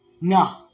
No